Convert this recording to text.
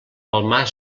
palmar